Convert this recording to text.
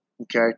okay